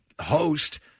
host